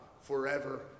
forever